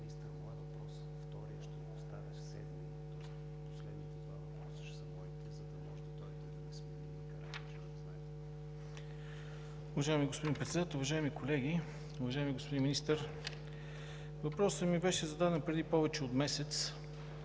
Уважаеми господин Председател, уважаеми колеги, уважаеми господин Министър! Въпросът ми беше зададен преди повече от месец